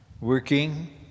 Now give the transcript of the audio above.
Working